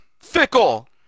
Fickle